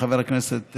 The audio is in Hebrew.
חבר הכנסת,